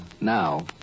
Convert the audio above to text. now